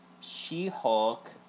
She-Hulk